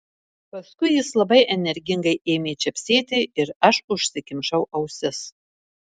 paskui jis labai energingai ėmė čepsėti ir aš užsikimšau ausis